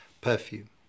perfume